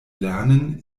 lernen